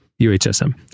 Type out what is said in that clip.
UHSM